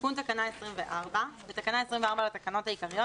תיקון תקנה 24 בתקנה 24 לתקנות העיקריות,